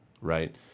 Right